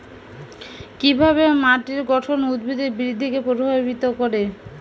কিভাবে মাটির গঠন উদ্ভিদের বৃদ্ধিকে প্রভাবিত করে?